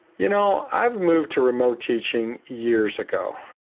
you know i've moved to remote teaching years ago,